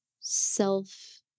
self